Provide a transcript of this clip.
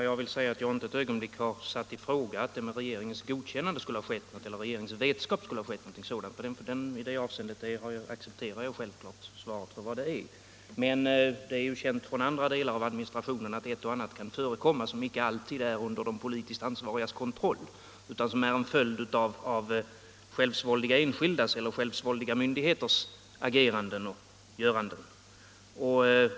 Herr talman! Jag har inte ett ögonblick satt i fråga att det med regeringens vetskap eller godkännande skulle ha skett något sådant samarbete. I det avseendet accepterar jag självklart svaret för vad det är, men det är ju känt från andra delar av administrationen att ett och annat kan förekomma som inte alltid är under de politiskt ansvarigas kontroll utan som är en följd av självsvåldiga enskildas eller självsvåldiga myndigheters agerande.